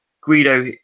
Guido